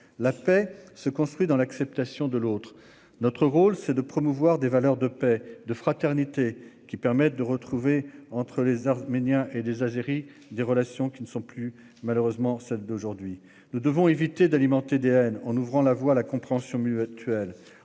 La paix se construit dans l'acceptation de l'autre. Notre rôle est de promouvoir des valeurs de paix et de fraternité, qui permettront aux Arméniens et aux Azéris de renouer entre eux des relations qui n'existent malheureusement plus aujourd'hui. Nous devons éviter d'alimenter des haines en ouvrant la voie à la compréhension mutuelle.